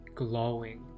Glowing